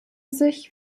sich